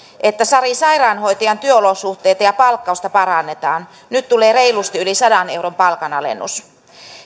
että sari sairaanhoitajan työolosuhteita ja palkkausta parannetaan nyt tulee reilusti yli sadan euron palkanalennus